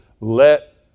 let